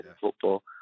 football